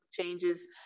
changes